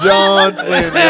Johnson